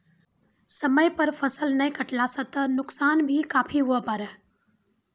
समय पर फसल नाय कटला सॅ त नुकसान भी काफी हुए पारै